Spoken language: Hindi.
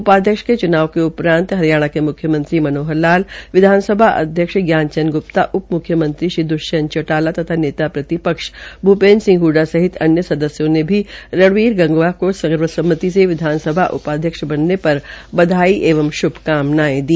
उपाध्यक्ष के च्नाव के उपरांत हरियाणा के मुख्यमंत्री मनोहर लाल विधानसभा अध्यक्ष ज्ञान चन्द ग्प्ता उप म्ख्यमंत्री श्री द्ष्यंत चौटाला तथा नेता प्रतिपक्ष भूपेन्द्र सिंह ह्ड्डा सहित अन्य सदस्यों ने भी रणबीर गंगवा को सर्वसम्मति से विधानसभा उपाध्यक्ष बनने पर बधाई एवं श्रभकामनाएं दी